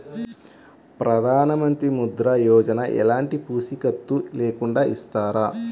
ప్రధానమంత్రి ముద్ర యోజన ఎలాంటి పూసికత్తు లేకుండా ఇస్తారా?